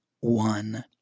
one